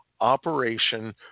operation